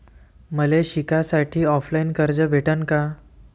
मले शिकासाठी ऑफलाईन कर्ज भेटन का?